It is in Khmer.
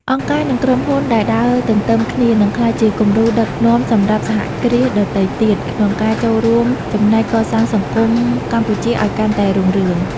អង្គការ និងក្រុមហ៊ុនដែលដើរទន្ទឹមគ្នា នឹងក្លាយជាគំរូដឹកនាំសម្រាប់សហគ្រាសដទៃទៀត ក្នុងការចូលរួមចំណែកកសាងសង្គមកម្ពុជាឱ្យកាន់តែរុងរឿង។